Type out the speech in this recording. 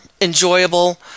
enjoyable